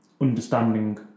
understanding